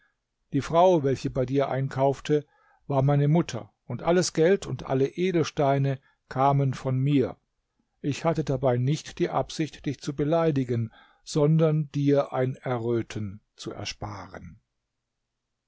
die frau welche bei dir einkaufte war meine mutter und alles geld und alle edelsteine kamen von mir ich hatte dabei nicht die absicht dich zu beleidigen sondern dir ein erröten zu ersparen